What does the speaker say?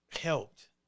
helped